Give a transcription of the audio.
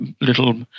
little